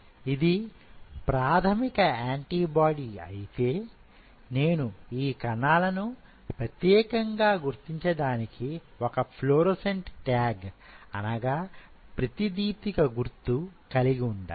ఇది ప్రాథమికమైన antibody అయితే నేను ఈ కణాలును ప్రత్యేకంగా గుర్తించడానికి ఒక ఫ్లోరోసెంట్ ట్యాగ్ అనగా ప్రతిదీప్తిక గుర్తు కలిగి ఉండాలి